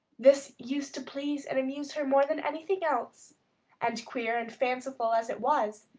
this used to please and amuse her more than anything else and queer and fanciful as it was,